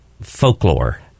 folklore